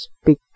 speak